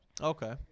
Okay